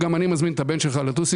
אני מסכים לחלוטין שיוקר המחיה הוא נושא